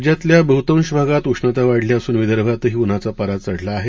राज्यातल्या बहतांश भागात उष्णता वाढली असून विदर्भातही उन्हाचा पारा चढला आहे